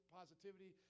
positivity